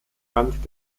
rand